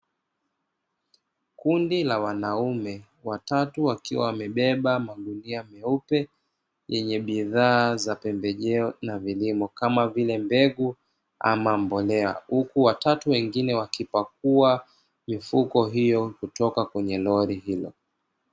Kundi la wanaume, watatu wakiwa wamebeba magunia meupe yenye bidhaa za pembejeo na vilimo kama vile; mbegu ama mbolea. Huku watatu wengine wakipakua mifuko hiyo kutoka kwenye lori hilo.